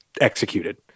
executed